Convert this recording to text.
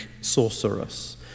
sorceress